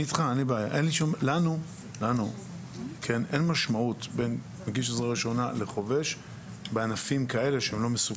לנו אין משמעות בין מגיש עזרה ראשונה לחובש בענפים כאלה שהם לא מסוכנים.